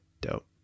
dope